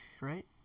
right